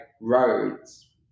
roads